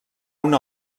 una